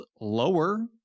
lower